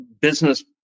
business